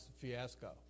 fiasco